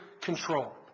control